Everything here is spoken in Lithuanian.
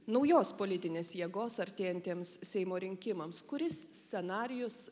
naujos politinės jėgos artėjantiems seimo rinkimams kuris scenarijus